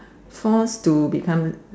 forced to become